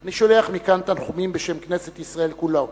אני שולח מכאן תנחומים בשם כנסת ישראל כולה,